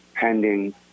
pending